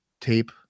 tape